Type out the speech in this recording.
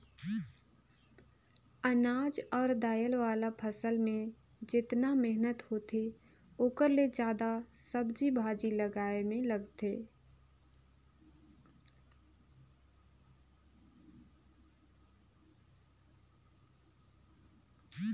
अनाज अउ दायल वाला फसल मे जेतना मेहनत होथे ओखर ले जादा सब्जी भाजी लगाए मे लागथे